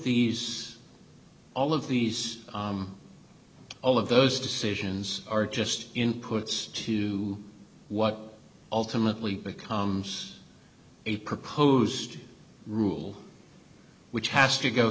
these all of these all of those decisions are just inputs to what ultimately becomes a proposed rule which has to go